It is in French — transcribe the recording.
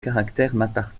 caractère